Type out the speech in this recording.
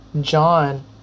John